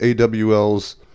AWLs